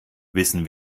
wissen